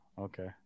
okay